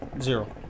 Zero